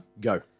Go